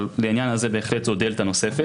אבל לעניין הזה בהחלט זו דלתא נוספת,